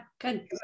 good